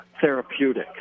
therapeutic